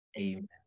Amen